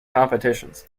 competitions